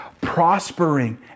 prospering